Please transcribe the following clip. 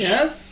Yes